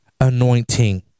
anointing